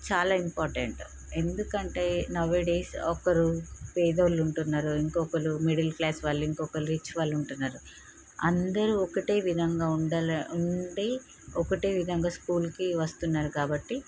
చాలా ఇంపార్టెంట్ ఎందుకంటే nowadays ఒక్కరూ పేదోళ్లు ఉంటున్నారు ఇంకోక్కరు మిడిల్ క్లాస్ వాళ్ళు ఇంకోక్కరు రిచ్ వాళ్ళు ఉంటున్నారు అందరూ ఒకటే విధంగా ఉండాలి ఉండి ఒకటే విధంగా స్కూల్కి వస్తున్నారు కాబట్టి